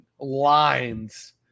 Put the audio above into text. lines